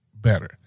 better